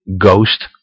Ghost